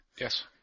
Yes